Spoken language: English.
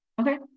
Okay